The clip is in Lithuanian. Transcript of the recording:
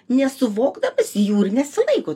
nesuvokdamas jų nesilaiko